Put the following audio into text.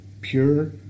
pure